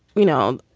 you know,